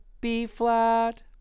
B-flat